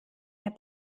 hat